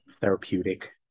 therapeutic